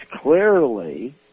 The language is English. clearly